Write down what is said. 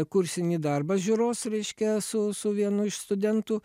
kursinį darbą žiūros reiškia su su vienu iš studentų